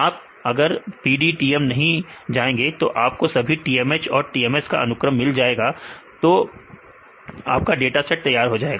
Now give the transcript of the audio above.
अब आप अगर PDBTM नहीं जाएंगे तो आपको सभी TMH और TMS का अनुक्रम मिल जाएगा तो आपका डाटा सेट तैयार हो गया